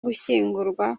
gushyingurwa